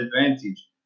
advantage